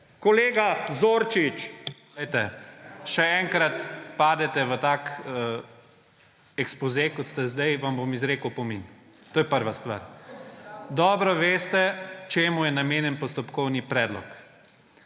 IGOR ZORČIČ: Še enkrat padete v tak ekspoze, kot ste zdaj, in vam bom izrekel opomin. To je prva stvar. Dobro veste, čemu je namenjen postopkovni predlog.